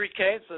3K